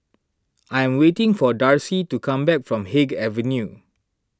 I am waiting for Darci to come back from Haig Avenue